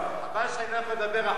חבל שאני לא יכול לדבר אחריך,